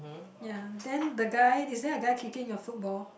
ya then the guy is there a guy kicking a football